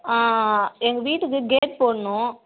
எங்கள் வீட்டுக்கு கேட் போடணும்